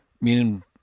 meaning